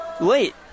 late